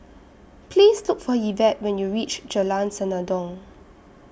Please Look For Yvette when YOU REACH Jalan Senandong